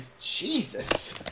Jesus